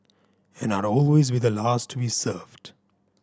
and I'd always be the last to be served